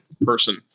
person